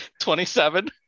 27